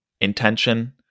intention